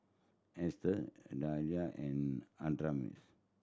Esther Dahlia and Adamaris